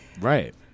right